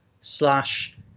slash